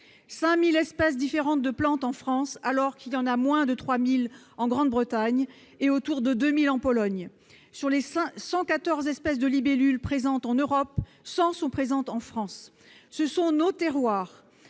5 000 espèces différentes de plantes, alors qu'il en existe moins de 3 000 en Grande-Bretagne et autour de 2 000 en Pologne. Sur les 114 espèces de libellules dénombrées en Europe, 100 sont présentes en France. Ce sont nos terroirs,